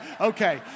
okay